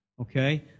okay